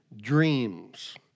dreams